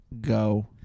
Go